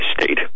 state